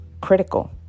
critical